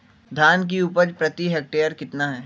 धान की उपज प्रति हेक्टेयर कितना है?